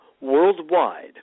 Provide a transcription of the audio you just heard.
worldwide